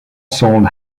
sold